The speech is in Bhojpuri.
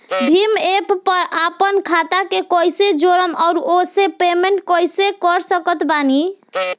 भीम एप पर आपन खाता के कईसे जोड़म आउर ओसे पेमेंट कईसे कर सकत बानी?